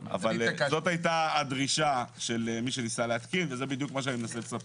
זאת הייתה הדרישה של מי שניסה להתקין וזה בדיוק מה שאני מנסה לספר.